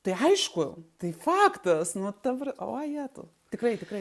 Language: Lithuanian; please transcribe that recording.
tai aišku tai faktas nu tapra o jetau tikrai tikrai